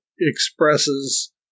expresses